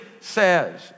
says